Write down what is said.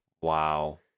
Wow